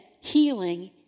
healing